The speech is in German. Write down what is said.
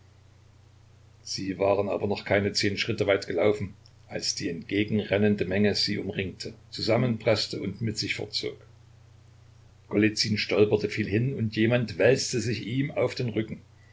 sie waren aber noch keine zehn schritte weit gelaufen als die entgegenrennende menge sie umringte zusammenpreßte und mit sich fortzog golizyn stolperte fiel hin und jemand wälzte sich ihm auf den rücken